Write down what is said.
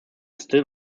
still